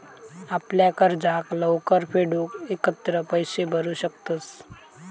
आपल्या कर्जाक लवकर फेडूक एकत्र पैशे भरू शकतंस